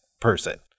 person